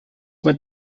mit